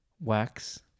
Wax